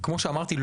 כמו שאמרתי,